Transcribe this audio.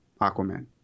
Aquaman